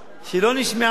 שלא נשמעה פה.